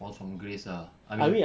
fall from grace ah I mean